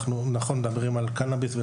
אנחנו מדברים על קנביס,